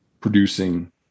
producing